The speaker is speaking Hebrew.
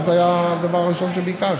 מה זה היה הדבר הראשון שביקשת?